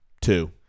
Two